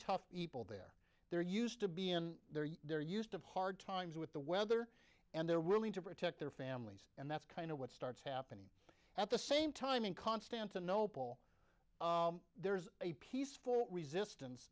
tough evil they're they're used to be in there they're used of hard times with the weather and they're willing to protect their families and that's kind of what starts happening at the same time in constantinople there's a peaceful resistance